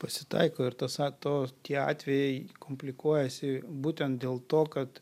pasitaiko ir tas to tie atvejai komplikuojasi būtent dėl to kad